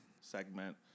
segment